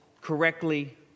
correctly